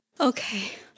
Okay